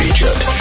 Egypt